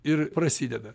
ir prasideda